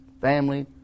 family